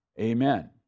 amen